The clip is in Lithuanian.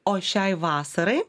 o šiai vasarai